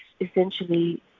essentially